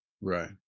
Right